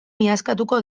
miazkatuko